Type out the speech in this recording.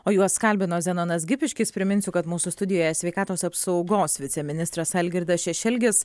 o juos kalbino zenonas gipiškis priminsiu kad mūsų studijoje sveikatos apsaugos viceministras algirdas šešelgis